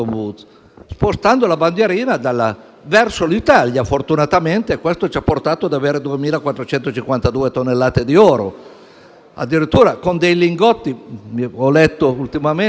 spostando la bandierina verso l'Italia, fortunatamente, e questo ci ha portati ad avere 2.452 tonnellate di oro, addirittura con dei lingotti che, come ho letto ultimamente,